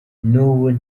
n’ubu